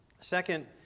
Second